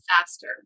faster